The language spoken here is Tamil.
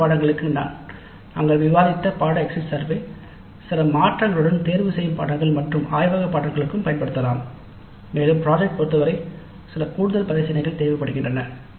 கோர் பாடநெறிகளுக்கு நாங்கள் விவாதித்த பாடநெறி எக்ஸிட் சர்வே சில மாற்றங்களுடன் தேர்ந்தெடுக்கப்பட்ட பாடநெறிகள் மற்றும் ஆய்வக பாடநெறிகளுக்கு பயன்படுத்தலாம் மேலும் ப்ராஜெக்ட் பொருத்தவரை சில கூடுதல் பரிசீலனைகள் தேவைப்படுகின்றன